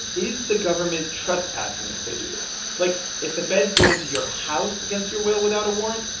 is the government trespassing if they do this? like, if the feds go into your house against your will without a warrant,